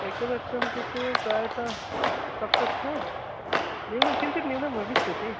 एकवर्षं कृते प्रायः सप्त न्यूनं किञ्चित् न्यूनं भविष्यति